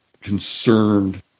concerned